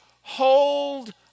hold